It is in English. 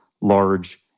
large